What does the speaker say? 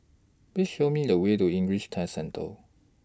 Please Show Me The Way to English Test Centre